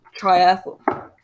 triathlon